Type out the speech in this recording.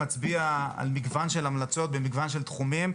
מצביע על מגוון של המלצות במגוון של תחומים,